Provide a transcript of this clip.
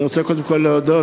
אני רוצה קודם כול להודות.